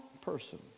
person